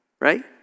right